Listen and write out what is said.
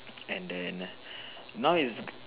and then now is